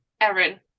Erin